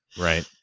Right